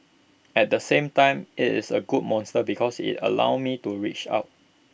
at the same time IT is A good monster because IT allows me to reach out